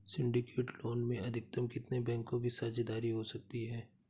Syndicate loan में अधिकतम कितने बैंकों की साझेदारी हो सकती है?